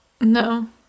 No